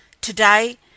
Today